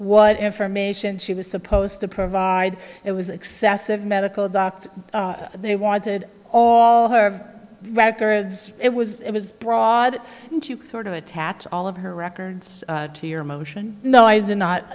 what information she was supposed to provide it was excessive medical doctor they wanted all her records it was it was broad and sort of attach all of her records to your motion no